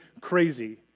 crazy